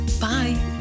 Bye